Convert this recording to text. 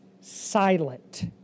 silent